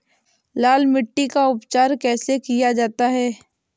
लाल मिट्टी का उपचार कैसे किया जाता है?